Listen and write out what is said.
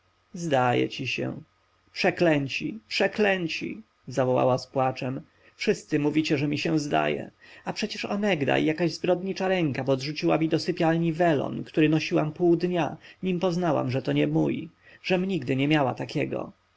zdaje ci się przeklęci przeklęci zawołała z płaczem wszyscy mówicie że mi się zdaje a przecież onegdaj jakaś zbrodnicza ręka podrzuciła mi do sypialni welon który nosiłam pół dnia nim poznałam że to nie mój żem nigdy nie miała takiego